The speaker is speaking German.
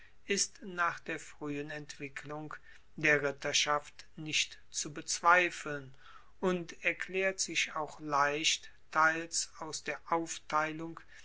ist nach der fruehen entwicklung der ritterschaft nicht zu bezweifeln und erklaert sich auch leicht teils aus der aufteilung